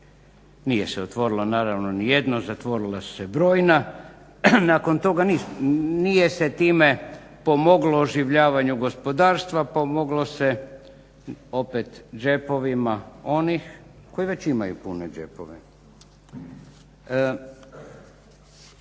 Nije se otvorilo naravno nijedno, zatvorila su se brojna. Nakon toga nije se time pomoglo oživljavanju gospodarstva pomoglo se opet džepovima onih koji već imaju pune džepove.